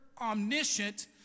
omniscient